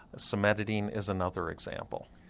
cimetidine is another example.